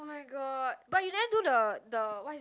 oh-my-god but you never do the the what is that